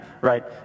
right